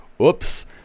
Oops